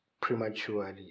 prematurely